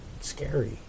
scary